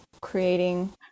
creating